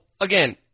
again